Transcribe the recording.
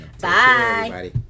Bye